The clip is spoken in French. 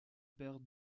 perd